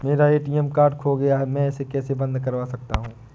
मेरा ATM card खो गया है मैं इसे कैसे बंद करवा सकता हूँ?